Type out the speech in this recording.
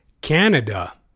Canada